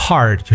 Hard